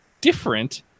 different